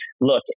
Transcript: look